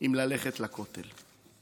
אם ללכת לכותל.